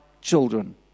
children